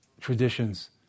traditions